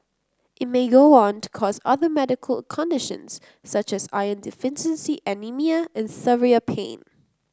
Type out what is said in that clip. it may go on to cause other medical conditions such as iron deficiency anaemia and severe pain